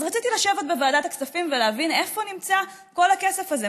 אז רציתי לשבת בוועדת הכספים ולהבין איפה נמצא כל הכסף הזה,